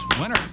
Winner